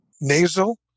nasal